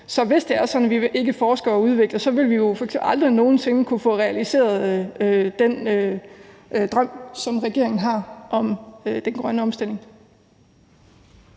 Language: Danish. på klimaområdet, vil vi jo, hvis man ikke forsker og udvikler, jo aldrig nogen sinde kunne få realiseret den drøm, som regeringen har om den grønne omstilling.